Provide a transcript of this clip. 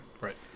Right